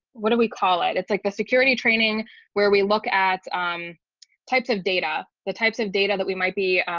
what do we call it? it's like the security training where we look at um types of data, the types of data that we might be